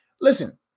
listen